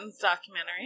documentary